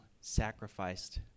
sacrificed